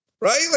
right